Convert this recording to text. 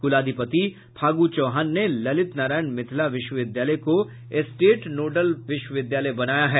कुलाधिपति फागू चौहान ने ललित नारायण मिथिला विश्वविद्यालय को नोडल विश्वविद्यालय बनाया है